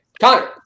Connor